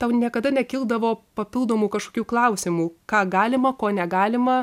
tau niekada nekildavo papildomų kažkokių klausimų ką galima ko negalima